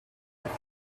that